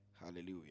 Hallelujah